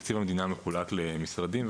תקציב המדינה מחולק למשרדים,